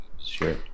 Sure